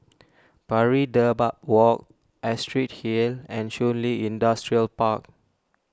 Pari Dedap Walk Astrid Hill and Shun Li Industrial Park